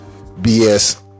bs